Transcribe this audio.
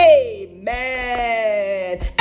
Amen